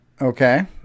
Okay